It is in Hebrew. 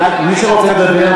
מי שרוצה לדבר,